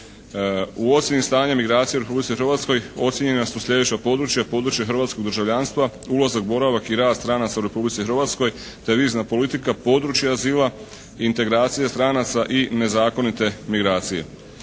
U ocjeni stanja migracije u Republici Hrvatskoj ocjenjena su sljedeća područja: područje hrvatskog državljanstva, ulazak, boravak i rad stranaca u Republici Hrvatskoj, devizna politika, područje azila, integracije stranaca i nezakonite migracije.